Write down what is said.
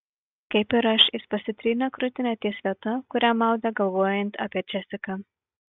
kaip ir aš jis pasitrynė krūtinę ties vieta kurią maudė galvojant apie džesiką